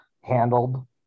handled